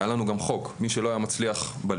היה לנו גם חוק מי שלא היה מצליח בלימודים,